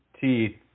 teeth